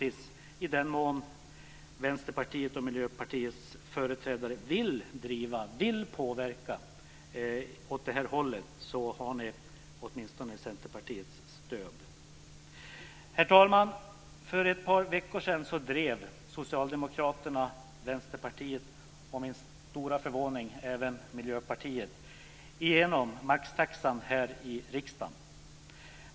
I den mån Miljöpartiets och Vänsterpartiets företrädare vill driva och påverka åt det här hållet har ni åtminstone Centerpartiets stöd. Herr talman! För ett par veckor sedan drev Socialdemokraterna, Vänsterpartiet och - till min stora förvåning - även Miljöpartiet igenom maxtaxan här i riksdagen.